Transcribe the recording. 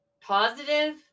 positive